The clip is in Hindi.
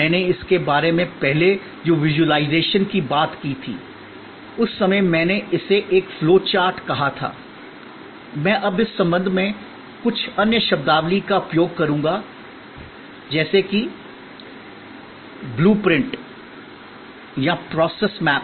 मैंने इसके बारे में पहले जो विज़ुअलाइज़ेशन की बात की थी उस समय मैंने इसे एक फ्लो चार्ट कहा था मैं अब इस संबंध में कुछ अन्य शब्दावली का उपयोग करूँगा जैसे कि शब्दावली ब्लू प्रिंट या प्रोसेस मैप